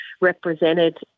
represented